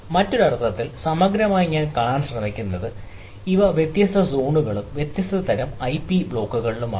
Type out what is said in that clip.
മറ്റൊരു അർത്ഥത്തിൽ സമഗ്രമായി കാണാൻ ശ്രമിക്കുന്നത് ഇവ വ്യത്യസ്ത സോണുകളും വ്യത്യസ്ത തരം ഐപി ബ്ലോക്കുകളിലുമാണ്